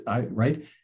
right